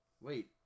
Wait